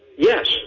Yes